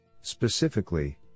Specifically